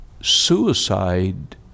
suicide